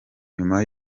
nyuma